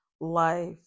life